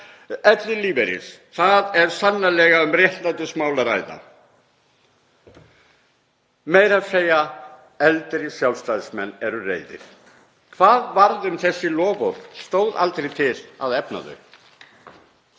Þar er sannarlega um réttlætismál að ræða. Meira að segja eldri Sjálfstæðismenn eru reiðir. Hvað varð um þessi loforð? Stóð aldrei til að efna þau?